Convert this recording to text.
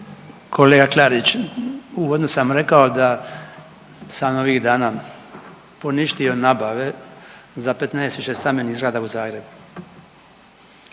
Kolega Klarić, uvodno sam rekao da sam ovih dana poništio nabave za 15 višestambenih zgrada u Zagrebu.